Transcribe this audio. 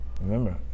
Remember